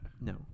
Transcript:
No